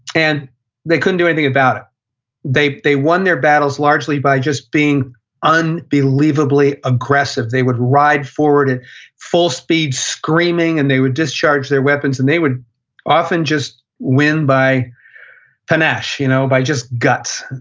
and they couldn't do anything about it. they won their battles largely by just being unbelievably aggressive. they would ride forward and full speed screaming, and they would discharge their weapons. and they would often just win by panache, you know by just guts.